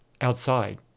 outside